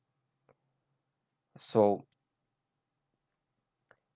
so